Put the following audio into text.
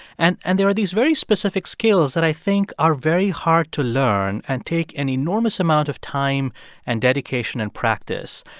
and and there are these very specific skills that i think are very hard to learn and take an enormous amount of time and dedication and practice.